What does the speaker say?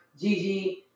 Gigi